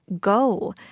go